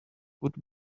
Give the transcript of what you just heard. would